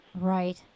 Right